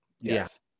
Yes